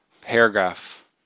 paragraph